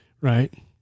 right